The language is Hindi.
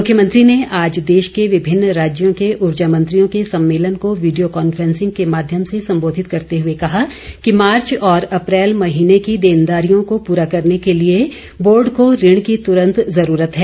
मुख्यमंत्री ने आज देश के विभिन्न राज्यों के ऊर्जा मंत्रियों के सम्मेलन को वीडियो कॉन्फेंसिंग के माध्यम से संबोधित करते हुए कहा कि मार्च और अप्रैल महीने की देनदारियों को पूरा करने के लिए बोर्ड को ऋण की तूरंत ज़रूरत है